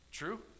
true